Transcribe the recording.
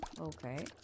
Okay